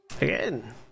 again